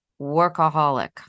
workaholic